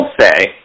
say